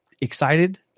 Excited